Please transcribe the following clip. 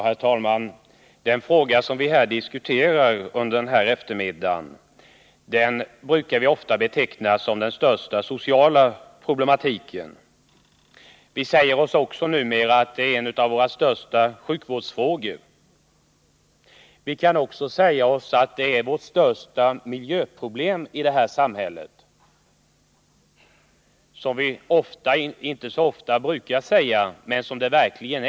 Herr talman! Den fråga som vi diskuterar den här eftermiddagen brukar ofta betecknas som det största sociala problemet. Numera brukar vi också säga att alkoholen är en av våra största sjukvårdsfrågor. Det kan också sägas att det är det största miljöproblemet i vårt samhälle. Det är det verkligen, även om vi inte så ofta säger det.